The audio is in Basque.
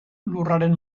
lurraren